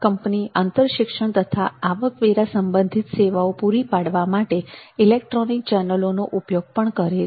company અંતર શિક્ષણ તથા આવકવેરા સંબંધિત સેવાઓ પૂરી પાડવા માટે ઇલેક્ટ્રોનિક ચેનલો નો ઉપયોગ પણ કરી શકે છે